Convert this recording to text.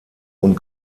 und